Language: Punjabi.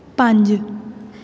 ਪੰਜ